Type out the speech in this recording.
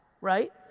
right